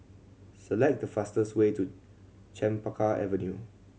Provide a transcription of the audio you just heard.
select the fastest way to Chempaka Avenue